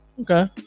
Okay